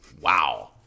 Wow